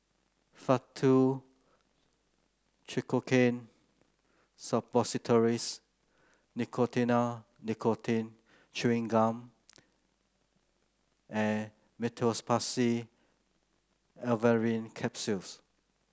Faktu Cinchocaine Suppositories Nicotinell Nicotine Chewing Gum and Meteospasmyl Alverine Capsules